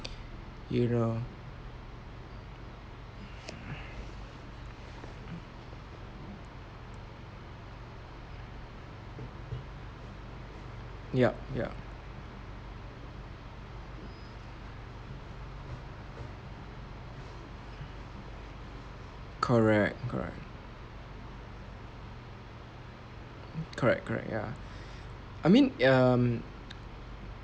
you know yup ya correct correct correct correct ya I mean um